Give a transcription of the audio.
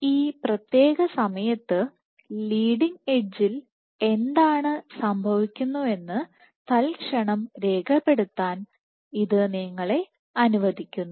ഈ പ്രത്യേക സമയത്ത് ലീഡിങ് എഡ്ജിൽ എന്താണ് സംഭവിക്കുന്നതെന്ന് തൽക്ഷണം രേഖപ്പെടുത്താൻ ഇത് നിങ്ങളെ അനുവദിക്കുന്നു